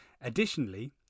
Additionally